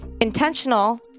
intentional